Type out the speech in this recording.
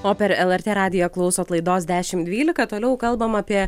o per lrt radiją klausot laidos dešimt dvylika toliau kalbam apie